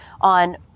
on